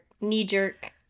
knee-jerk